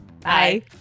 Bye